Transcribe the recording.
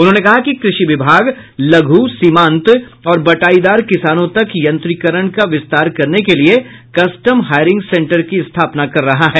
उन्होंने कहा कि कृषि विभाग लघु सीमांत और बटाईदार किसानों तक यंत्रिकरण का विस्तार करने के लिए कस्टम हायरिंग सेन्टर की स्थापना की जा रही है